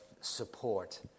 support